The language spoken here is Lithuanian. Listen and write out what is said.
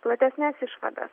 platesnes išvadas